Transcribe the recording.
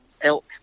elk